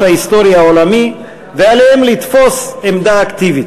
ההיסטורי העולמי ועליהם לתפוס עמדה אקטיבית.